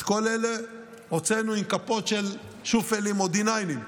את כל אלה הוצאנו עם כפות של שופלים או D9-ים.